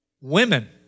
women